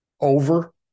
over